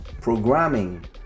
programming